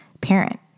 parent